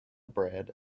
bread